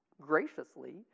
graciously